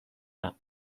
that